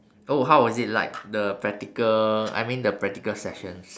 oh how was it like the practical I mean the practical sessions